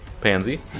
pansy